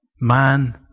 man